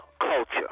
culture